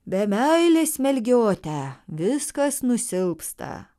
be meilės melgiote viskas nusilpsta